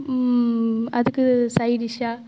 அதுக்கு சைடிஷ்ஷாக